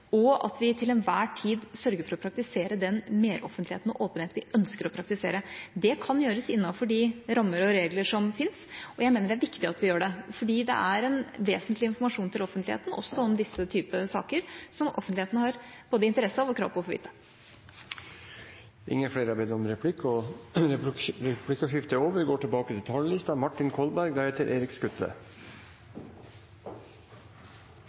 og at vi til enhver tid sørger for å praktisere den meroffentligheten og åpenheten vi ønsker å praktisere. Det kan gjøres innenfor de rammer og regler som finnes, og jeg mener det er viktig at vi gjør det. For det er en vesentlig informasjon til offentligheten, også om disse typer saker, som offentligheten har både interesse av og krav på å få vite om. Replikkordskiftet er omme. Jeg mener nå, etter at vi